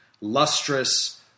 lustrous